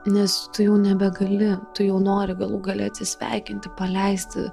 nes tu jau nebegali tu jau nori galų gale atsisveikinti paleisti